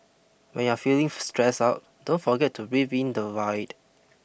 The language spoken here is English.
when you are feeling stressed out don't forget to breathe in the void